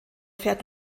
fährt